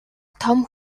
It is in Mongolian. том